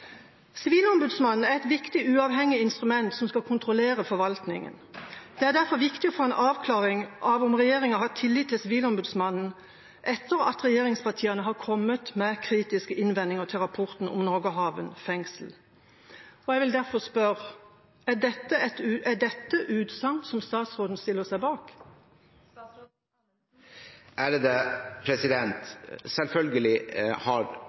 Sivilombudsmannen er et viktig, uavhengig instrument som skal kontrollere forvaltningen. Det er derfor viktig å få en avklaring av om regjeringa har tillit til Sivilombudsmannen, etter at regjeringspartiene har kommet med kritiske innvendinger til rapporten om Norgerhaven fengsel. Jeg vil derfor spørre: Er dette utsagn som statsråden stiller seg bak? Selvfølgelig har regjeringen respekt for Sivilombudsmannen. Selvfølgelig